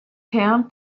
her